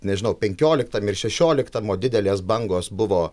nežinau penkiolikta šešiolikta mo didelės bangos buvo